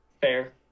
fair